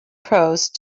prose